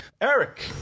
Eric